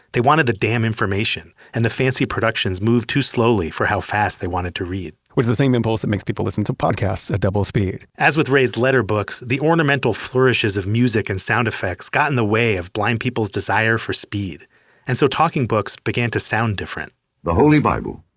they wanted the damn information, and the fancy productions moved too slowly for how fast they wanted to read which is the same impulse that makes people listen to podcasts at double speed as with raised letter books, the ornamental flourishes of music and sound effects got in the way of blind people's desire for speed and so talking books began to sound different the holy bible,